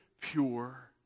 pure